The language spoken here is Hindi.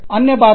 अन्य बात है